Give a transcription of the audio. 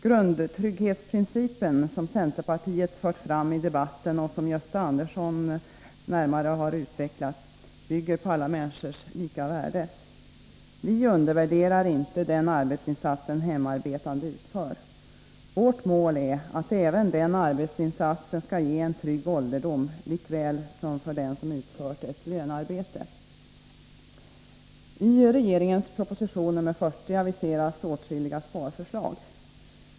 Grundtrygghetsprincipen, som centerpartiet har fört fram i debatten och som Gösta Andersson närmare har utvecklat, bygger på alla människors lika värde. Vi undervärderar inte den arbetsinsats som hemarbetande utför. Vårt mål är att även den arbetsinsatsen skall ge en trygg ålderdom, likaväl som för den som utför ett lönearbete. I regeringens proposition nr 40 aviseras åtskilliga sparförslag.